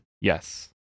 Yes